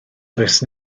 does